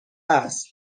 است